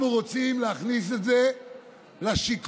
אנחנו רוצים להכניס את זה לשיקול